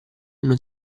non